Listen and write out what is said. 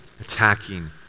attacking